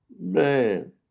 Man